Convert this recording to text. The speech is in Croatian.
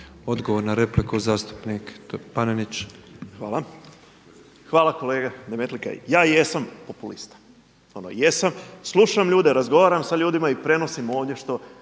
Odgovor na repliku zastupnik Panenić. **Panenić, Tomislav (MOST)** Hvala kolega Demetlika. Ja jesam populista, ono jesam, slušam ljude, razgovaram sa ljudima i prenosim ovdje što